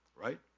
right